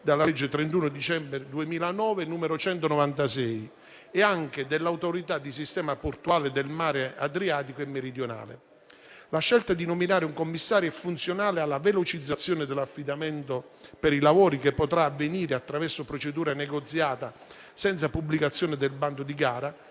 La scelta di nominare un commissario è funzionale alla velocizzazione dell'affidamento per i lavori, che potrà avvenire attraverso procedura negoziata senza pubblicazione del bando di gara